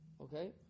Okay